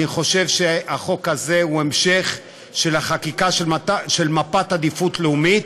אני חושב שהחוק הזה הוא המשך של החקיקה של מפת עדיפות לאומית.